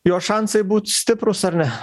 jo šansai būt stiprūs ar ne